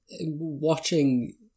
Watching